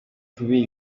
kubira